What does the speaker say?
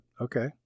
okay